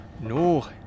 No